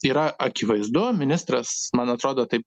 yra akivaizdu ministras man atrodo taip